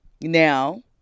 now